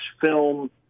film